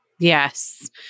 Yes